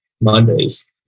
mondays